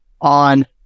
on